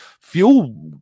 fuel